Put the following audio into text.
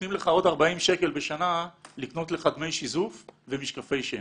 ונותנים לך עוד 40 שקל בשנה לקנות לך דמי שיזוף ומשקפי שמש,